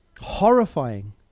horrifying